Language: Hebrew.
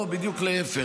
לא, בדיוק להפך.